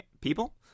people